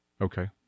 Okay